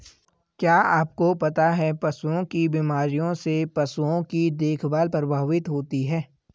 क्या आपको पता है पशुओं की बीमारियों से पशुओं की देखभाल प्रभावित होती है?